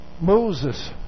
Moses